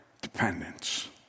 dependence